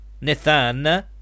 Nathan